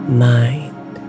mind